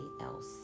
else